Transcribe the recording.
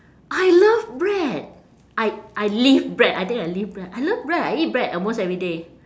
I love bread I I live bread I think I live bread I love bread I eat bread almost every day